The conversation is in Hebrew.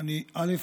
א.